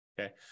Okay